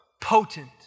potent